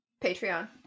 patreon